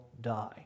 die